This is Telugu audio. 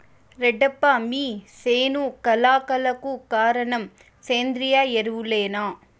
రెడ్డప్ప మీ సేను కళ కళకు కారణం సేంద్రీయ ఎరువులేనా